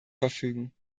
verfügen